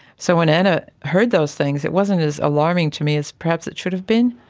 so when anna heard those things it wasn't as alarming to me as perhaps it should have been.